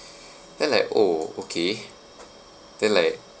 then like oh okay then like